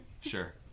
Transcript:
Sure